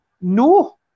No